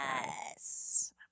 Yes